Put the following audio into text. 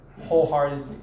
wholeheartedly